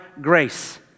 grace